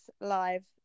live